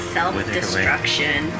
self-destruction